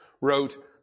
wrote